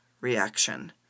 reaction